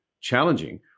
challenging